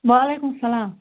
وعلیکُم سلام